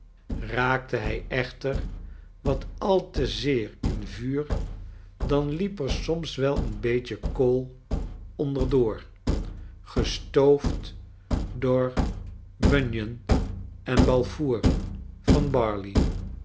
eaakte bij echter wat al te zeer in vuur dan liep er soms wel een beetje kool onder door gestoofd door bunyan en balfour van barley